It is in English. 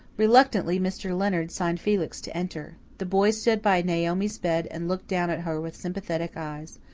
reluctantly, mr. leonard signed felix to enter. the boy stood by naomi's bed and looked down at her with sympathetic eyes.